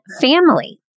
family